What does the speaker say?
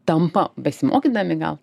tampa besimokydami gal